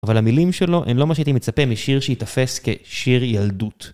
אבל המילים שלו הן לא מה שהייתי מצפה משיר שיתפס כשיר ילדות.